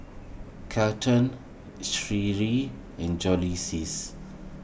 Kelton Sheree and